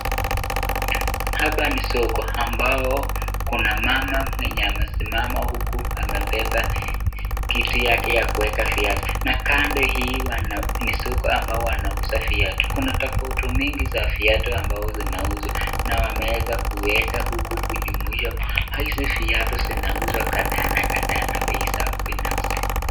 Hapa ni soko ambao kuna mama mwenye amesimama huku amebeba kitu yake ya kuweka viatu. Na kando hii ni soko ambao wanauza viatu. Kuna tofauti mingi za viatu ambao zinauzwa. Na wameza kuweka huku kujumlisha. Hizi viatu zinauzwa kadhaa na kadhaa na bei sawa binafsi.